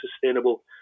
sustainable